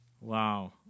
Wow